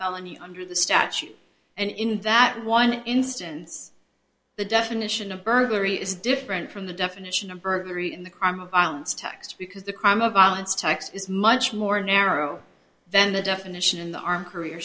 felony under the statute and in that one instance the definition of burglary is different from the definition of burglary in the crime of violence tax because the crime of violence tax is much more narrow than the definition in the arm career